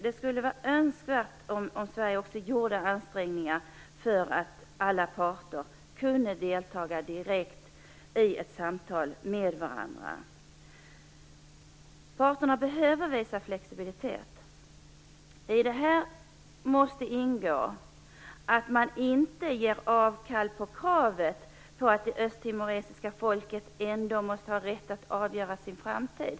Det skulle vara önskvärt att Sverige också gjorde ansträngningar för att alla parter skulle kunna delta direkt i ett samtal med varandra. Parterna behöver visa flexibilitet. I detta måste ingå att inte göra avkall på kravet att det östtimoresiska folket måste ha rätt att avgöra sin framtid.